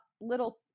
little